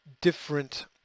different